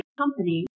company